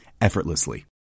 effortlessly